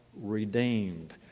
redeemed